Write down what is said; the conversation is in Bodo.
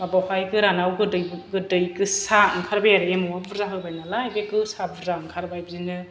बा बावहाय गोरानाव गोदै गोदै गोसा ओंखारबाय आरो एमावआ बुरजा होबाय नालाय बे गोसा बुरजा ओंखारबाय बिदिनो